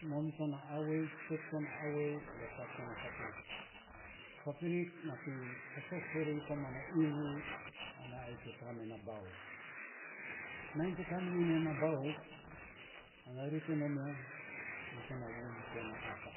Nom tona awei, tek tona awei, ya kat to na fapirik. Fapirik nat iny fasoaf rori tana iivu ana ayei te kamen na baau, nai te kaminon ya na baan ana ri te nom ya ri te nai vuu bus ya na affa.